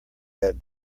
that